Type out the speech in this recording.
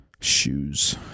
Shoes